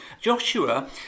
Joshua